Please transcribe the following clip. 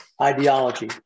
ideology